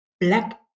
Black